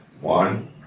one